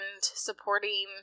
supporting